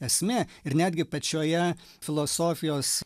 esmė ir netgi pačioje filosofijos